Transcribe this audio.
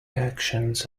actions